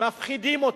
מפחידים אותו.